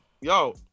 Yo